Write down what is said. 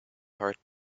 heart